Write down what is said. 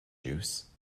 juice